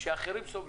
כשאחרים סובלים.